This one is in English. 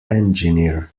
engineer